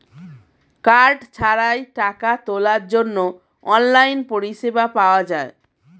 card ছাড়াই টাকা তোলার জন্য অনলাইন পরিষেবা পাওয়া যায়